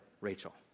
Rachel